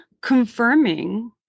confirming